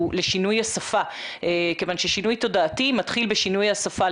לשינוי השפה כיוון ששינוי תודעתי מתחיל בשינוי השפה.